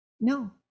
No